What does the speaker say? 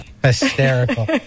Hysterical